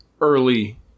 early